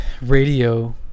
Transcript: radio